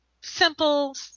simple